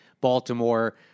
Baltimore